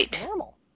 normal